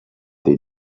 did